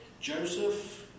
Joseph